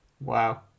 Wow